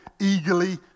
eagerly